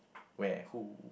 where who